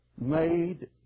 made